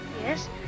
yes